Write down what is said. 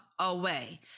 away